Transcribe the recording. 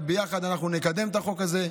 וביחד אנחנו נקדם את החוק זה.